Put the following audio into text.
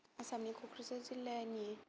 आसामनि क'क्राझार जिल्लानि